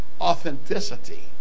authenticity